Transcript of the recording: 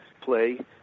play